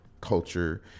culture